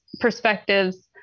perspectives